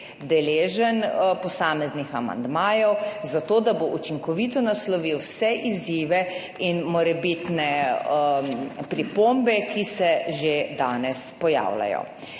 deležen posameznih amandmajev, zato da bo učinkovito naslovil vse izzive in morebitne pripombe, ki se že danes pojavljajo.